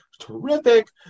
terrific